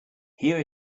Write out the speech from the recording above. here